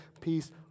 peace